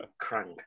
Crank